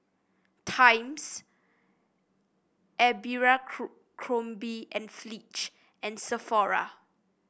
Times Abercrombie And Fitch and Sephora